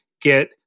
get